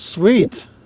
Sweet